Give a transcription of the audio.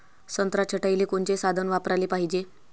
संत्रा छटाईले कोनचे साधन वापराले पाहिजे?